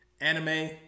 anime